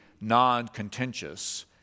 non-contentious